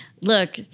look